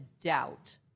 doubt